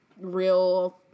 real